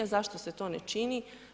Zašto se to ne čini?